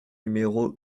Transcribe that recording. numéro